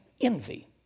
envy